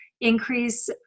increase